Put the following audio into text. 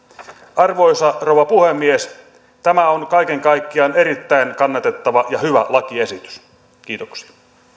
arvoisa rouva puhemies tämä on kaiken kaikkiaan erittäin kannatettava ja hyvä lakiesitys kiitoksia